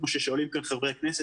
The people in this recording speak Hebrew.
כמו ששואלים כאן חברי הכנסת,